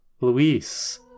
Luis